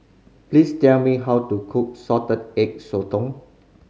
please tell me how to cook Salted Egg Sotong